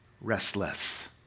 restless